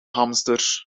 hamsters